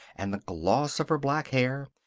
and the gloss of her black hair,